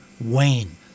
Wayne